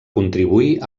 contribuir